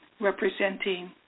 representing